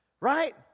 Right